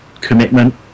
commitment